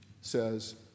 says